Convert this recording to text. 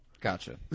Gotcha